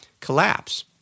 collapse